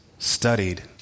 studied